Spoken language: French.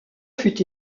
fut